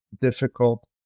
difficult